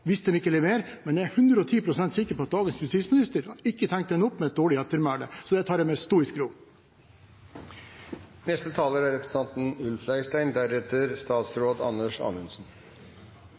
hvis dagens regjering ikke leverer. Men jeg er 110 pst. sikker på at dagens justisminister ikke tenker at det er nok med et dårlig ettermæle, så det tar jeg med stoisk ro. Jeg har alltid forundret meg over at vi politikere er